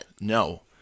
No